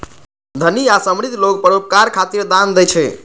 धनी आ समृद्ध लोग परोपकार खातिर दान दै छै